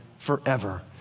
forever